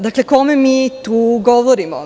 Dakle, kome mi tu govorimo?